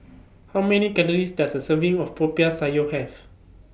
How Many Calories Does A Serving of Popiah Sayur Have